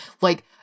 Like-